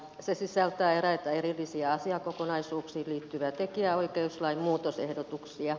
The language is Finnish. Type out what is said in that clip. se sisältää eräitä erillisiä asiakokonaisuuksiin liittyviä tekijänoikeuslain muutosehdotuksia